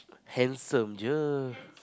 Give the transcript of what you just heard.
handsome